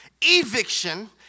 Eviction